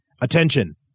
Attention